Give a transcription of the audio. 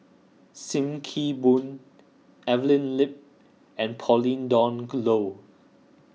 Sim Kee Boon Evelyn Lip and Pauline Dawn Loh